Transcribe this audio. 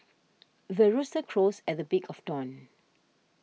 the rooster crows at the break of dawn